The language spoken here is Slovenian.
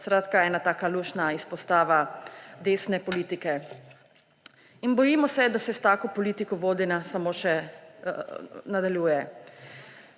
Skratka, ena taka luštna izpostava desne politike in bojimo se, da se s tako politiko vodenja samo še nadaljuje.